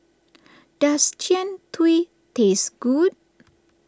does Jian Dui taste good